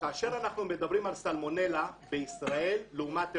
כאשר אנחנו מדברים על סלמונלה בישראל לעומת אירופה,